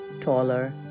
taller